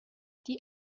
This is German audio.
die